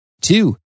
two